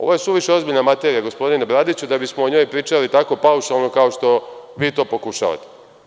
Ovo je suviše ozbiljna materija, gospodine Bradiću, da bismo o njoj pričali tako paušalno, kao što vi to pokušavate.